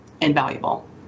invaluable